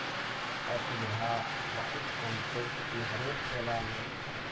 असुविधा बहुत कम छै चूँकि हरेक टोलामे